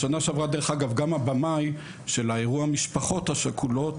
בשנה שעברה גם הבמאי של אירוע המשפחות השכולות